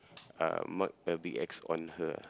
uh mark a big X on her